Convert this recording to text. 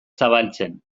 zabaltzen